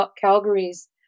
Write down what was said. Calgary's